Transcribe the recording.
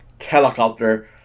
helicopter